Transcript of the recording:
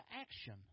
action